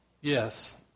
yes